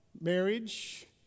Marriage